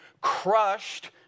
crushed